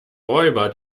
räuber